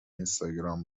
اینستاگرام